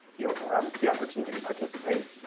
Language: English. you'll you'll have the opportunity to participate.